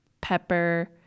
pepper